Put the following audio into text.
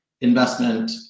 investment